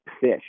fish